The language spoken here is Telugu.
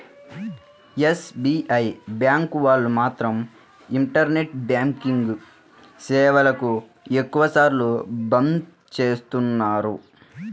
ఎస్.బీ.ఐ బ్యాంకు వాళ్ళు మాత్రం ఇంటర్నెట్ బ్యాంకింగ్ సేవలను ఎక్కువ సార్లు బంద్ చేస్తున్నారు